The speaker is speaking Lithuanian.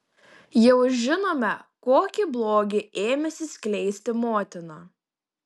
jau žinome kokį blogį ėmėsi skleisti motina